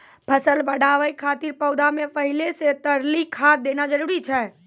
फसल बढ़ाबै खातिर पौधा मे पहिले से तरली खाद देना जरूरी छै?